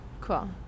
Cool